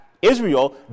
Israel